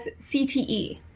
CTE